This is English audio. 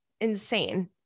Insane